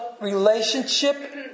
relationship